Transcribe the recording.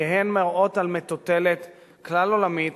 כי הן מראות על מטוטלת כלל-עולמית